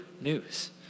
news